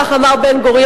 כך אמר בן-גוריון,